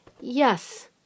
Yes